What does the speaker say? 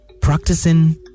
practicing